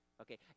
Okay